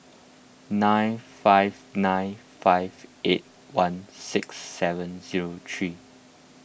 nine five nine five eight one six seven zero three